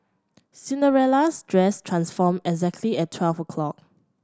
Cinderella's dress transformed exactly at twelve o' clock